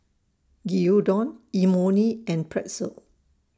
Gyudon Imoni and Pretzel